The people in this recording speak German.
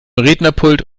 rednerpult